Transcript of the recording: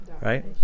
right